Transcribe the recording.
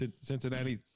Cincinnati